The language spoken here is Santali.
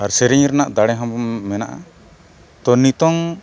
ᱟᱨ ᱥᱮᱨᱮᱧ ᱨᱮᱱᱟᱜ ᱫᱟᱲᱮ ᱦᱚᱸᱵᱚᱱ ᱢᱮᱱᱟᱜᱼᱟ ᱛᱚ ᱱᱤᱛᱚᱝ